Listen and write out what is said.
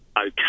okay